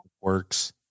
Works